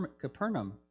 Capernaum